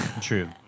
True